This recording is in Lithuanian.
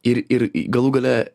ir ir galų gale